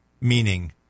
meaning